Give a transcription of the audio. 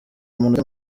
amanota